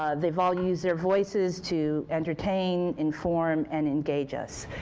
ah they've all used their voices to entertain, inform, and engage us.